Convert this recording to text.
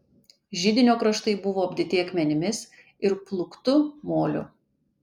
židinio kraštai buvo apdėti akmenimis ir plūktu moliu